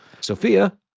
Sophia